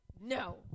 no